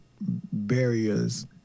Barriers